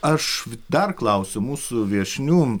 aš dar klausiu mūsų viešnių